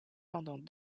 pendant